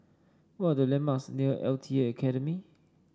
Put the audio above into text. what are the landmarks near L T A Academy